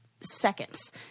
seconds